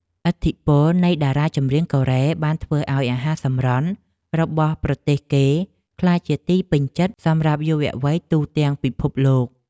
ឥទ្ធិពលនៃតារាចម្រៀងកូរ៉េបានធ្វើឱ្យអាហារសម្រន់របស់ប្រទេសគេក្លាយជាទីពេញចិត្តសម្រាប់យុវវ័យទូទាំងពិភពលោក។